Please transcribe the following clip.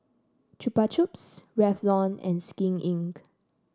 Chupa Chups Revlon and Skin Inc